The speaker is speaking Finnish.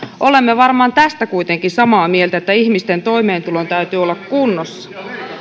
olemme varmaan tästä kuitenkin samaa mieltä että ihmisten toimeentulon täytyy olla kunnossa